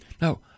Now